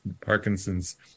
parkinson's